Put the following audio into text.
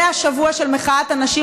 זה השבוע של מחאת הנשים.